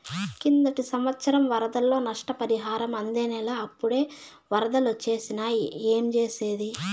కిందటి సంవత్సరం వరదల్లో నష్టపరిహారం అందనేలా, అప్పుడే ఒరదలొచ్చేసినాయి ఏంజేసేది